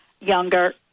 younger